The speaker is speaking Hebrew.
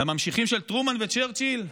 לממשיכים של טרומן וצ'רצ'יל?